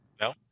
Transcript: No